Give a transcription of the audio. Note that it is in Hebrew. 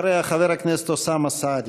אחריה, חבר הכנסת אוסאמה סעדי.